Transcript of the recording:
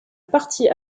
partie